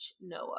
Noah